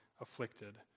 afflicted